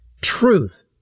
truth